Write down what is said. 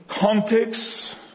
Context